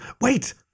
Wait